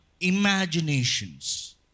imaginations